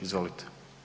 Izvolite.